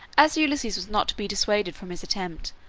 as ulysses was not to be dissuaded from his attempt,